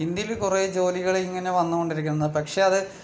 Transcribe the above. ഇന്ത്യയിൽ കുറെ ജോലികളിങ്ങനെ വന്നുകൊണ്ടിരിക്കുന്നു പക്ഷേ അത്